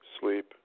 sleep